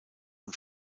und